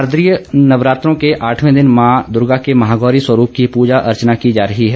शारदीय नवरात्रों के आठवें दिन आज माँ दूर्गा के महागौरी स्वरूप की पूजा अर्चना की जा रही है